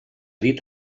dit